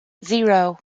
zero